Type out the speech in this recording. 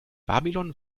babylon